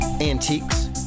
antiques